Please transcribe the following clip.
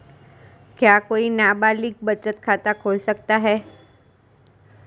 क्या कोई नाबालिग बचत खाता खोल सकता है?